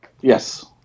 Yes